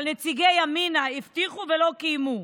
אבל נציגי ימינה הבטיחו ולא קיימו.